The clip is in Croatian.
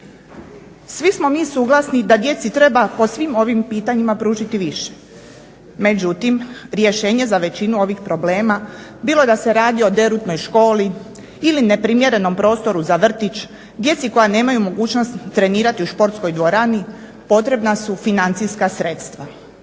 Svi smo mi suglasni da djeci treba po svim ovim pitanjima pružiti više. Međutim rješenje za većinu ovih problema bilo da se radi o derutnoj školi ili neprimjerenom prostoru za vrtić, djeci koja nemaju mogućnost trenirati u sportskoj dvorani potrebna su financijska sredstva,